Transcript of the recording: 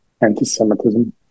anti-Semitism